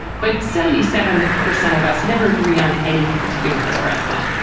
but seventy seven percent of us never agree on anything to do with this president.